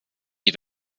die